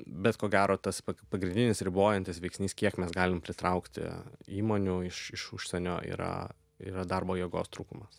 bet ko gero tas pagrindinis ribojantis veiksnys kiek mes galim pritraukti įmonių iš iš užsienio yra yra darbo jėgos trūkumas